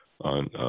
on